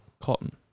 Cotton